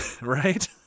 right